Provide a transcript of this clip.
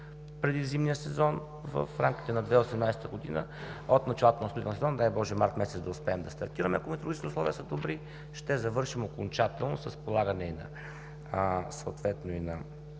преди зимния сезон. В рамките на 2018 г. от началото на строителния сезон, дай Боже, през месец март да успеем да стартираме, ако метеорологичните условия са добри, ще завършим окончателно с полагане